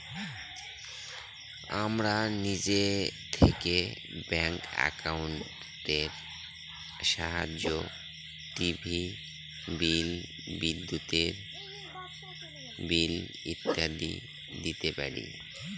আমরা নিজে থেকে ব্যাঙ্ক একাউন্টের সাহায্যে টিভির বিল, বিদ্যুতের বিল ইত্যাদি দিতে পারি